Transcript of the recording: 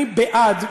אני בעד,